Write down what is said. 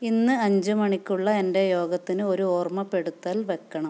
ഇന്ന് അഞ്ച് മണിക്കുള്ള എന്റെ യോഗത്തിന് ഒരു ഓര്മ്മപ്പെടുത്തല് വയ്ക്കണം